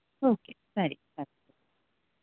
okay ಸರಿ